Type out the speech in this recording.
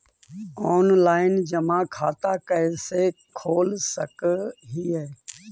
Online जमा खाता कैसे खोल सक हिय?